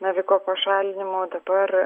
naviko pašalinimo dabar